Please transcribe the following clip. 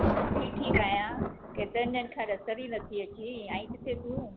मां बि ठीकु आहियां केतिरनि ॾींहंनि खां नज़र ई नथी अचीं आहीं किथे तूं